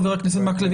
חבר הכנסת מקלב,